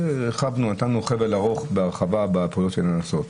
שהרחבנו ונתנו חבל ארוך בהרחבה בפעולות שנעשות.